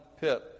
pit